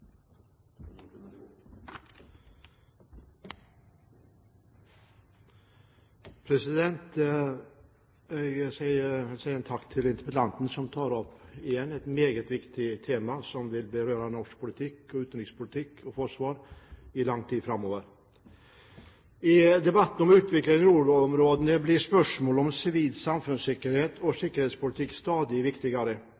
En takk til interpellanten, som tar opp igjen et meget viktig tema som vil berøre norsk utenriks- og forsvarspolitikk i lang tid framover. I debatten om utviklingen i nordområdene blir spørsmål om sivil samfunnssikkerhet og